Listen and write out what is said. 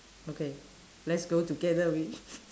okay let's go together with